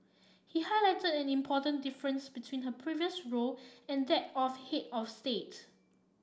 he highlighted an important difference between her previous role and that of head of state